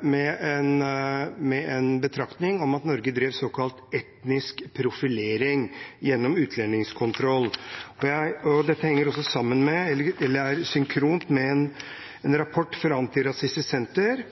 med en betraktning om at Norge drev såkalt etnisk profilering gjennom utlendingskontroll. Dette er synkront med en rapport fra Antirasistisk Senter,